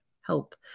help